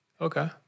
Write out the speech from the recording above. Okay